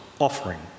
offering